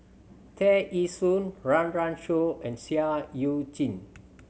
Tear Ee Soon Run Run Shaw and Seah Eu Chin